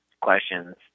questions